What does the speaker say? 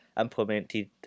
implemented